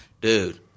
dude